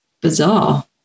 Bizarre